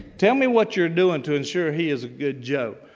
tell me what you're doing to ensure he is a good joe.